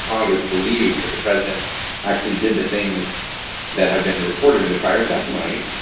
congress believe that the president actually did the things that have been reported in the prior testimony,